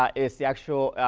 ah it's the actual